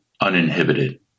uninhibited